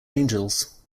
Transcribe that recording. angels